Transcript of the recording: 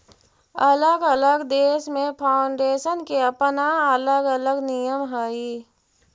अलग अलग देश में फाउंडेशन के अपना अलग अलग नियम हई